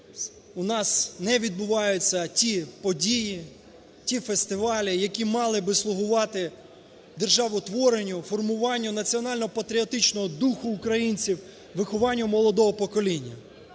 у нас не відбуваються ті події, ті фестивалі, які мали би слугувати державотворенню, формуванню національно-патріотичного духу українців, вихованню молодого покоління.